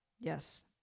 Yes